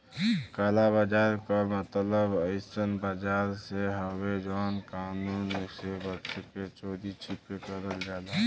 काला बाजार क मतलब अइसन बाजार से हउवे जौन कानून से बच के चोरी छिपे करल जाला